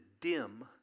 dim